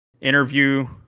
interview –